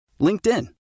LinkedIn